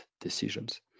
decisions